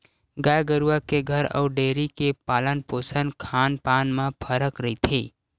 गाय गरुवा के घर अउ डेयरी के पालन पोसन खान पान म फरक रहिथे